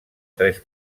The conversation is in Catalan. tres